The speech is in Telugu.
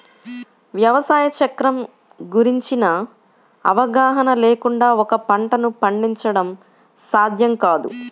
వ్యవసాయ చక్రం గురించిన అవగాహన లేకుండా ఒక పంటను పండించడం సాధ్యం కాదు